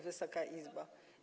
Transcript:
Wysoka Izbo!